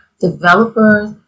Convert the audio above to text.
developers